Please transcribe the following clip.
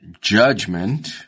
judgment